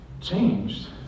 Changed